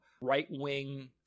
right-wing